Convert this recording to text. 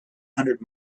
hundred